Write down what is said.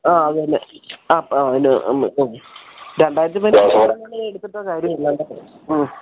ആ അത് തന്നെ ആ പിന്നെ രണ്ടായിരത്തി പതിനാല് മോഡലാണെങ്കിൽ എടുത്തിട്ടും കാര്യമില്ല ആ